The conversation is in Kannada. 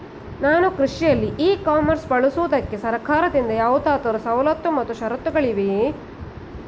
ನಾನು ಕೃಷಿಯಲ್ಲಿ ಇ ಕಾಮರ್ಸ್ ಬಳಸುವುದಕ್ಕೆ ಸರ್ಕಾರದಿಂದ ಯಾವುದಾದರು ಸವಲತ್ತು ಮತ್ತು ಷರತ್ತುಗಳಿವೆಯೇ?